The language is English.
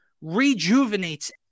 rejuvenates